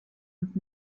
und